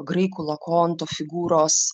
graikų lokonto figūros